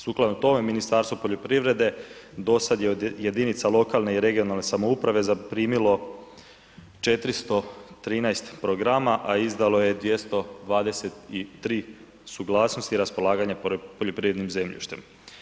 Sukladno tome, Ministarstvo poljoprivrede dosad je od jedinice lokalne i regionalne samouprave zaprimilo 413 programa, a izdalo je 223 suglasnosti raspolaganja poljoprivrednim zemljištem.